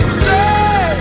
say